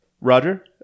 Roger